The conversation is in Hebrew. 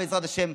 בעזרת השם,